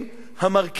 המרכיבים